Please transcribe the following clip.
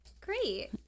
Great